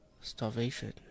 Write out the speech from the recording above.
starvation